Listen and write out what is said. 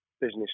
business